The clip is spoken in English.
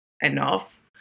enough